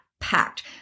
packed